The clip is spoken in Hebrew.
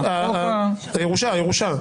הירושה.